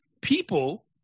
people